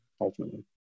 ultimately